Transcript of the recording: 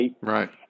Right